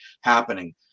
happening